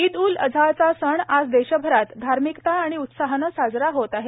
ईद उल अझाचा सण आज देशभरात धार्मिकता आणि उत्साहानं साजरा होत आहे